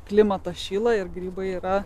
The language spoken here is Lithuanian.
klimatas šyla ir grybai yra